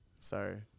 Sorry